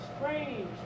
strange